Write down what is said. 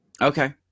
Okay